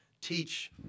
teach